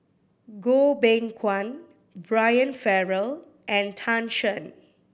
Goh Beng Kwan Brian Farrell and Tan Shen